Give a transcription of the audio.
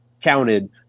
counted